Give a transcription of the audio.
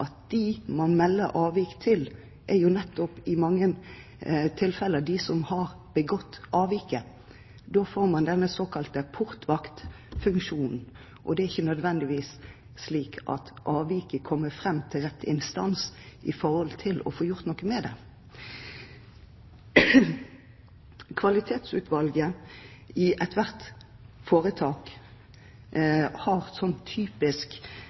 at de man melder avvik til, i mange tilfeller nettopp er de som har begått avviket. Da får man denne såkalte portvaktfunksjonen, og det er ikke nødvendigvis slik at avviket kommer fram til rett instans for å få gjort noe med det. Kvalitetsutvalget i ethvert foretak har